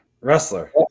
Wrestler